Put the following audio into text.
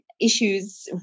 issues